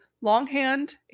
longhand